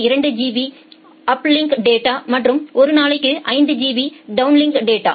2 GB uplink data மற்றும் ஒரு நாளைக்கு 5 ஜிபி டவுன்லிங்க் டேட்டா